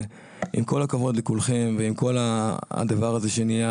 עם כל הכבוד לכולכם ועם כל הדבר הזה שנהיה